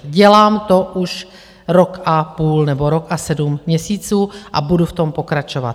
Dělám to už rok a půl nebo rok a sedm měsíců a budu v tom pokračovat.